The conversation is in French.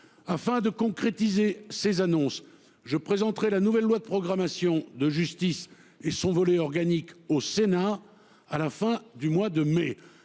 Afin de concrétiser ses annonces. Je présenterai la nouvelle loi de programmation de justice et son volet organique au Sénat à la fin du mois de mai,